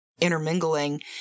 intermingling